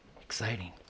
Exciting